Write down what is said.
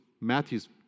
Matthews